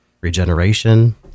regeneration